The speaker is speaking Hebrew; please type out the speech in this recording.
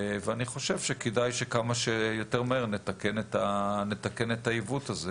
אני חושב שכדאי שכמה שיותר מהר נתקן את העיוות הזה